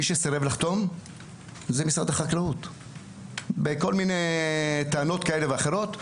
מי שסירב לחתום זה משרד החקלאות בכל מיני טענות כאלה ואחרות.